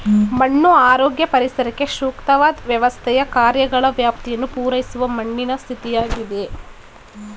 ಮಣ್ಣು ಆರೋಗ್ಯ ಪರಿಸರಕ್ಕೆ ಸೂಕ್ತವಾದ್ ವ್ಯವಸ್ಥೆಯ ಕಾರ್ಯಗಳ ವ್ಯಾಪ್ತಿಯನ್ನು ಪೂರೈಸುವ ಮಣ್ಣಿನ ಸ್ಥಿತಿಯಾಗಿದೆ